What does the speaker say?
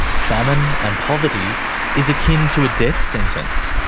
famine, and poverty is akin to a death sentence,